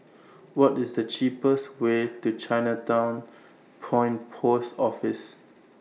What IS The cheapest Way to Chinatown Point Post Office